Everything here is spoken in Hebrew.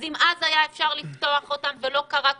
אם אז היה אפשר לפתוח אותם ולא קרה כלום,